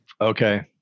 Okay